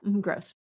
Gross